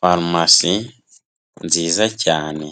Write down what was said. Farumasi nziza cyane,